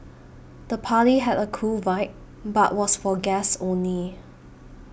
the party had a cool vibe but was for guests only